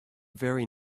very